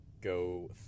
go